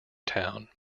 town